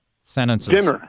sentences